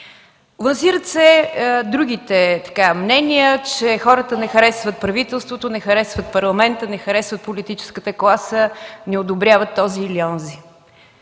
Лансират се другите мнения, че хората не харесват правителството, не харесват Парламента, не харесват политическата класа, не одобряват този или онзи.